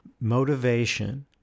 motivation